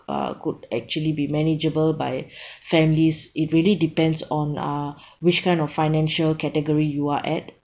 uh could actually be manageable by families it really depends on uh which kind of financial category you are at